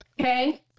Okay